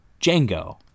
Django